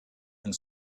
and